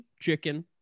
chicken